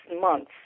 months